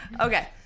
Okay